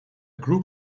group